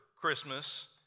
Christmas